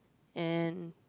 and